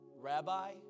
Rabbi